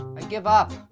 i give up.